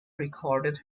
recorded